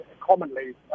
commonly